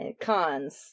Cons